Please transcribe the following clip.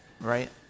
right